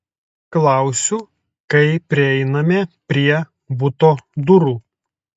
klausiu kai prieiname prie buto durų